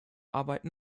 arbeiten